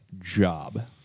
job